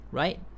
right